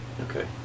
Okay